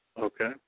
Okay